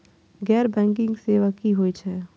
गैर बैंकिंग सेवा की होय छेय?